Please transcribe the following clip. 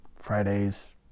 Fridays